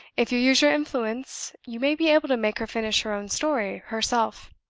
if you use your influence, you may be able to make her finish her own story herself.